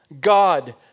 God